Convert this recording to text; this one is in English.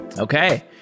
Okay